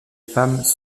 femmes